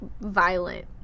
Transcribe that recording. violent